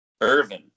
Irvin